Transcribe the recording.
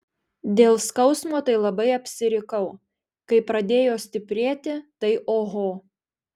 dėl skausmo tai labai apsirikau kai pradėjo stiprėti tai oho